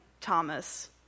Thomas